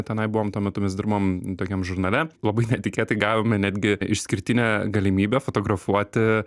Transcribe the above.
tenai buvom tuo metu mes dirbom tokiam žurnale labai netikėtai gavome netgi išskirtinę galimybę fotografuoti